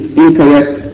incorrect